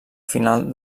final